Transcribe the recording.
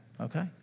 Okay